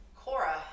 Cora